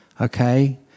Okay